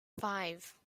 five